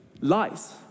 lies